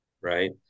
right